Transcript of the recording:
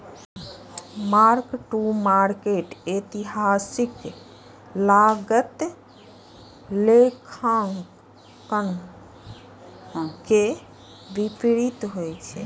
mark to market एतिहासिक लागत लेखांकन के विपरीत होइ छै